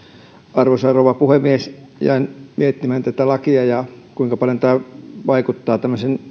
arvoisa rouva puhemies jäin miettimään tätä lakia ja sitä kuinka paljon tämä vaikuttaa